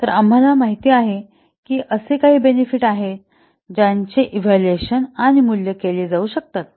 तर आम्हाला माहित आहे की असे काही बेनेफिट आहेत ज्याचे इव्हॅल्युशन आणि मूल्ये केले जाऊ शकतात